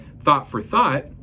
thought-for-thought